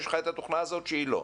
יש לך את התוכנה הזאת שהיא לא.